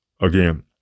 Again